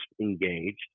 engaged